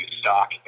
stock